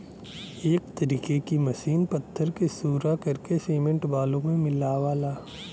एक तरीके की मसीन पत्थर के सूरा करके सिमेंट बालू मे मिलावला